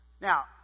Now